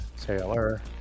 Taylor